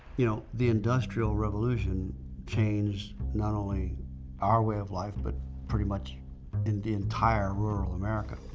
you know the industrial revolution changed not only our way of life but pretty much and the entire rural america.